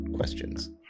questions